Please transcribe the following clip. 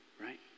right